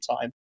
time